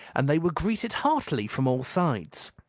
and they were greeted heartily from all sides.